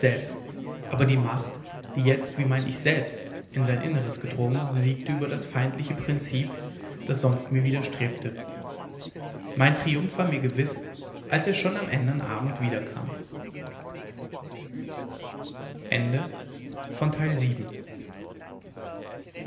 aber die macht die jetzt wie mein ich selbst in sein inneres gedrungen siegte über das feindliche prinzip das sonst mir widerstrebte mein triumph war mir gewiß als er schon am ändern abend wiederkam